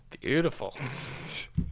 Beautiful